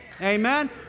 amen